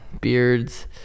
beards